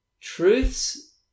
Truths